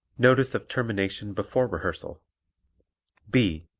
notice of termination before rehearsal b.